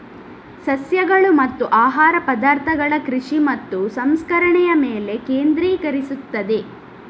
ಸಸ್ಯಗಳು ಮತ್ತು ಆಹಾರ ಪದಾರ್ಥಗಳ ಕೃಷಿ ಮತ್ತು ಸಂಸ್ಕರಣೆಯ ಮೇಲೆ ಕೇಂದ್ರೀಕರಿಸುತ್ತದೆ